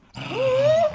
hey,